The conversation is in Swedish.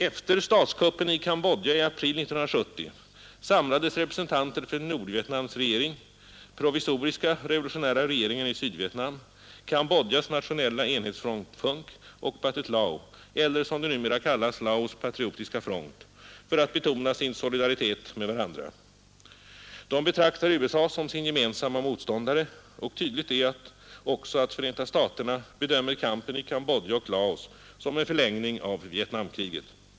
Efter statskuppen i Cambodja i april 1970 samlades representanter för Nordvietnams regering, provisoriska revolutionära regeringen i Sydvietnam, Cambodjas nationella enhetsfront FUNK och Pathet Lao, eller som det numera kallas Laos patriotiska front, för att betona sin solidaritet med varandra. De betraktar USA som sin gemensamma motståndare, och tydligt är också att Förenta staterna bedömer kampen i Cambodja och Laos som en förlängning av Vietnamkriget.